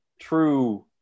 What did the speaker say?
true